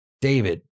David